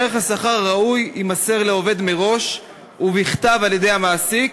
ערך השכר הראוי יימסר לעובד מראש ובכתב על-ידי המעסיק,